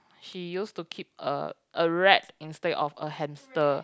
she used to keep a a rat instead of a hamster